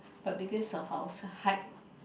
but because of our height